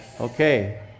Okay